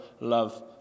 love